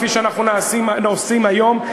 כפי שאנחנו עושים היום,